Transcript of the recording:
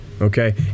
okay